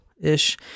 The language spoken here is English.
ish